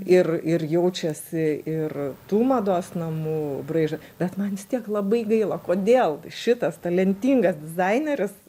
ir ir jaučiasi ir tų mados namų braiža bet man vis tiek labai gaila kodėl šitas talentingas dizaineris